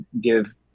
give